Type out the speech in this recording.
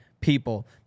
people